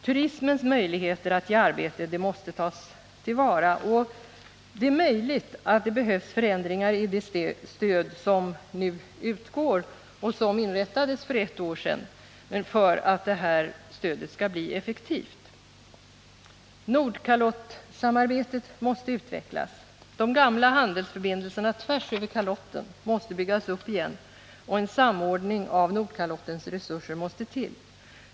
Turismens möjligheter att ge arbete måste tas till vara, och det är möjligt att det behövs förändringar i det stöd som nu utgår och som inrättades för ett år sedan för att det skall bli effektivt. Nordkalottsamarbetet måste utvecklas. De gamla handelsförbindelserna tvärsöver kalotten måste byggas upp igen, och en samordning av Nordkalottens resurser måste till.